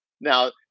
now